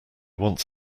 wants